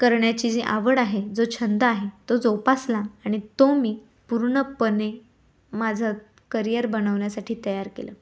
करण्याची जी आवड आहे जो छंद आहे तो जोपासला आणि तो मी पूर्णपणे माझं करियर बनवण्यासाठी तयार केला